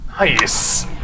Nice